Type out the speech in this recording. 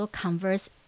converse